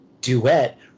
duet